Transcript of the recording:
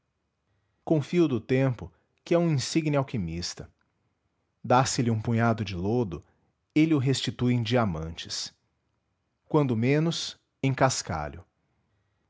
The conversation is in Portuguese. confio do tempo que é um insigne alquimista dáse lhe um punhado de lodo ele o restitui em diamantes quando menos em cascalho